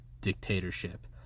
dictatorship